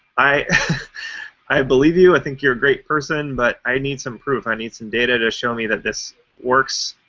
i i believe you. i think you're a great person, but i need some proof. i need some data to show me that this works.